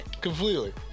Completely